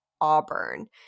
auburn